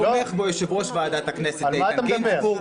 תומך בו יושב-ראש ועדת הכנסת איתן גינזבורג,